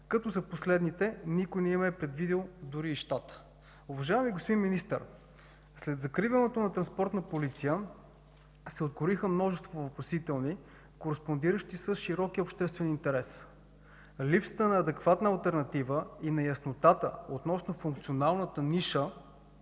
като за последните никой не им е предвидил дори и щата. Уважаеми господин Министър, след закриването на Транспортна полиция се откроиха множество въпросителни, кореспондиращи с широкия обществен интерес. Липсата на адекватна алтернатива и на яснотата относно функционалната ниша,